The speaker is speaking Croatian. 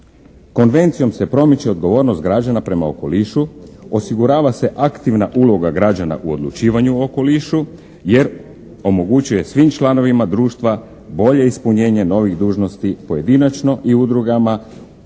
Konvencijom se promiče odgovornost građana prema okolišu, osigurava se aktivna uloga građana u odlučivanja o okolišu jer omogućuje svim članovima društva bolje ispunjenje novih dužnosti pojedinačno i udrugama